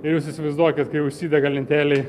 ir jūs įsivaizduokit kai užsidega lentelėj